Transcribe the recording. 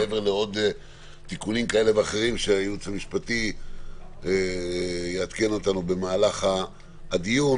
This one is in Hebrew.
מעבר לתיקונים כאלה ואחרים שהייעוץ המשפטי יעדכן אותנו במהלך הדיון